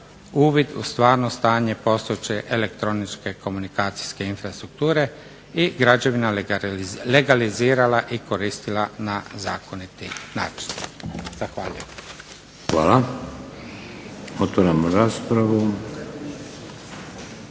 uvid u stvarno stanje postojeće elektroničke komunikacijske infrastrukture i građevina legalizirala i koristila na zakoniti način. Zahvaljujem. **Šeks, Vladimir